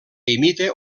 imita